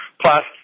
Plus